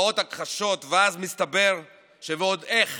באות הכחשות, ואז מסתבר ועוד איך